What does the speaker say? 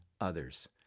others